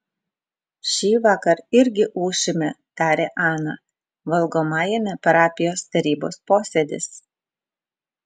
šįvakar irgi ūšime tarė ana valgomajame parapijos tarybos posėdis